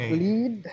lead